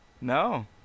No